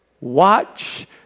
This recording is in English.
watch